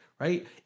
right